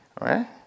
right